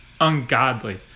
ungodly